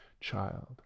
child